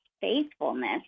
faithfulness